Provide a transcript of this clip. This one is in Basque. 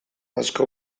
asko